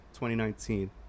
2019